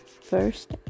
first